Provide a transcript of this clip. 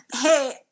Hey